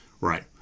Right